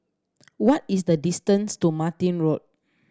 what is the distance to Martin Road